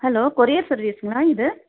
hello courier சர்வீஸ்ஸுங்களா இது